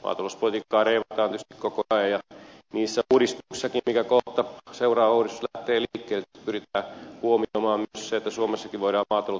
maatalouspolitiikkaa reivataan tietysti koko ajan ja niissä uudistuksissakin kohta seuraava uudistus lähtee liikkeelle tietysti pyritään huomioimaan myös se että suomessakin voidaan maataloutta harjoittaa